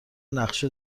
نقشه